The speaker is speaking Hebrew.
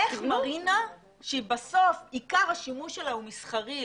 מרינה שעיקר השימוש שלה הוא מסחרי,